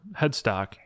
headstock